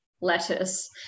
lettuce